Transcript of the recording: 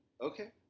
Okay